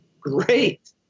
great